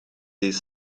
dydd